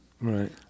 Right